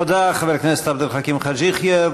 תודה, חבר הכנסת עבד אל חכים חאג' יחיא.